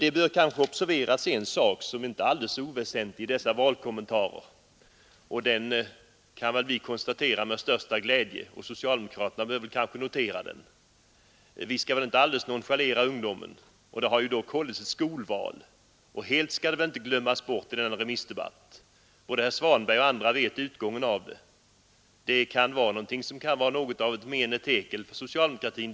En sak som inte är alldeles oväsentlig bör observeras i dessa valkommentarer — den kan vi konstatera med största glädje, och socialdemokraterna bör måhända notera den. Vi skall inte alldeles nonchalera ungdomen. Det har dock hållits ett skolval, och helt skall det inte glömmas bort i denna remissdebatt. Både herr Svanberg och andra vet utgången av det valet. Det kan vara någonting av ett mene tekel för socialdemokratin.